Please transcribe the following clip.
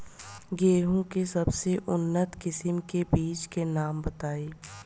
गेहूं के सबसे उन्नत किस्म के बिज के नाम बताई?